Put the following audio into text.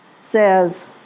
says